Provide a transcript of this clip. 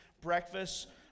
breakfast